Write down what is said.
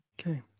Okay